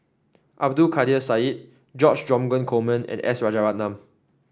Abdul Kadir Syed George Dromgold Coleman and S Rajaratnam